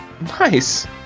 Nice